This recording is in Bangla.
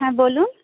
হ্যাঁ বলুন